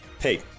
hey